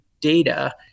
data